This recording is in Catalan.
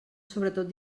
sobretot